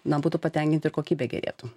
na būtų patenkinti ir kokybė gerėtų